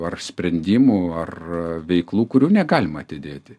ar sprendimų ar veiklų kurių negalima atidėti